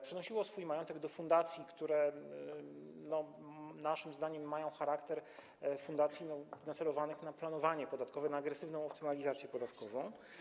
Przenosiły one swój majątek do fundacji, które naszym zdaniem mają charakter fundacji nacelowanych na planowanie podatkowe, na agresywną optymalizację podatkową.